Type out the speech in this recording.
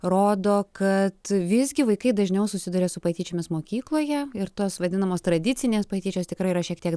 rodo kad visgi vaikai dažniau susiduria su patyčiomis mokykloje ir tos vadinamos tradicinės patyčios tikrai yra šiek tiek